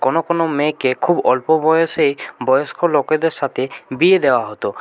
কোনো কোনো মেয়েকে খুব অল্প বয়সেই বয়স্ক লোকেদের সাথে বিয়ে দেওয়া হতো